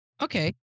Okay